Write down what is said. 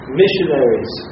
missionaries